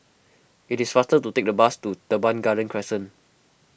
it is faster to take the bus to Teban Garden Crescent